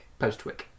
Postwick